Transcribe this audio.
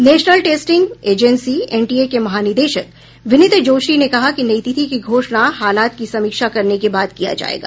national Testing Agency NTA के महानिदेशक विनित जोशी ने कहा कि नई तिथि की घोषणा हालात की समीक्षा करने के बाद किया जायेगा